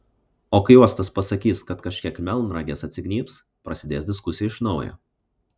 o kai uostas pasakys kad kažkiek melnragės atsignybs prasidės diskusija iš naujo